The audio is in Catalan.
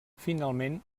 finalment